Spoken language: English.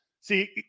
See